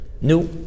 No